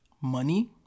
money